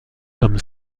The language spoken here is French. comme